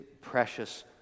precious